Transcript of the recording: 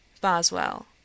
Boswell